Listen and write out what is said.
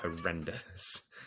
horrendous